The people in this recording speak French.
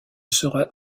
sera